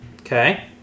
Okay